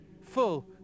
full